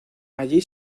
allí